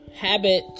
habit